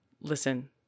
Listen